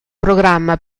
programma